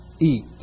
eat